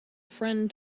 friend